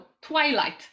twilight